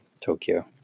Tokyo